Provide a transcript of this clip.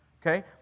Okay